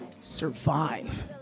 Survive